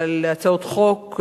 על הצעות חוק,